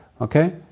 okay